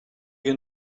you